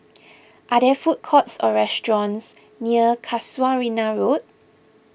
are there food courts or restaurants near Casuarina Road